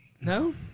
no